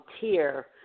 tier